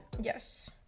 yes